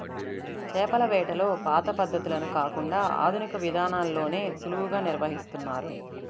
చేపల వేటలో పాత పద్ధతులను కాకుండా ఆధునిక విధానాల్లోనే సులువుగా నిర్వహిస్తున్నారు